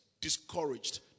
Discouraged